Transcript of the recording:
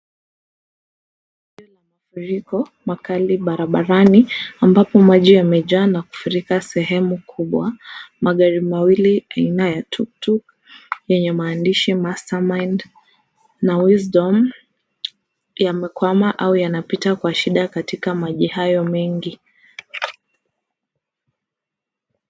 Mafuriko makali barabarani, ambapo maji yamejaa na kufurika sehemu kubwa. Magari mawili aina ya tuktuk yenye maandishi master mind na wisdom yamekwama ama yanapita kwa shida katika maji hayo mengi.